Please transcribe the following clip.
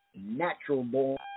natural-born